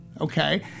Okay